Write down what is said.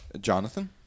Jonathan